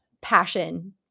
passion